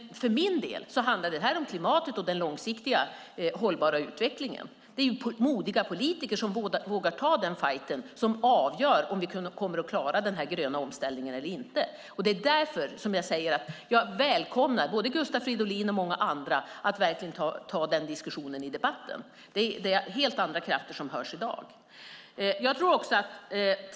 För min del handlar det här om klimatet och den långsiktigt hållbara utvecklingen. Det är modiga politiker som vågar ta den fajten som avgör om vi kommer att klara den här gröna omställningen eller inte. Det är därför som jag säger att jag välkomnar Gustav Fridolin och många andra att delta i den debatten. Det är helt andra krafter som hörs i dag.